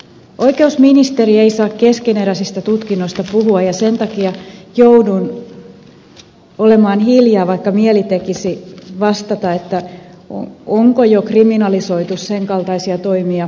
oikeusministeri ei saa keskeneräisistä tutkinnoista puhua ja sen takia joudun olemaan hiljaa vaikka mieli tekisi vastata siihen onko jo kriminalisoitu sen kaltaisia toimia mistä ed